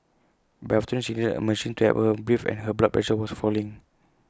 by afternoon she needed A machine to help her breathe and her blood pressure was falling